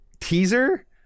teaser